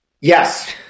Yes